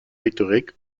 rhétorique